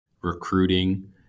recruiting